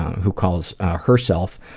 who calls herself